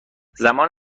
زمان